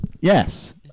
Yes